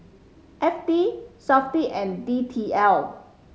F T Safti and D T L